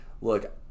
look